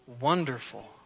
wonderful